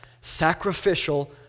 sacrificial